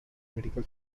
medical